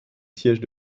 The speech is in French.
siège